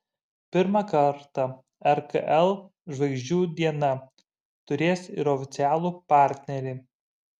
pirmą kartą rkl žvaigždžių diena turės ir oficialų partnerį